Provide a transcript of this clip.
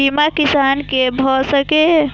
बीमा किसान कै भ सके ये?